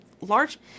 large